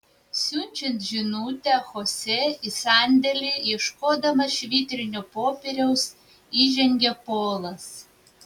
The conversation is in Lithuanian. siunčiant žinutę chosė į sandėlį ieškodamas švitrinio popieriaus įžengia polas